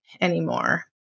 anymore